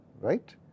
right